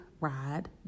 ride